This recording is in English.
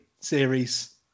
series